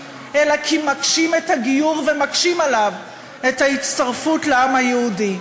אלא כי מקשים את הגיור ומקשים עליו את ההצטרפות לעם היהודי.